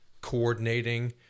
coordinating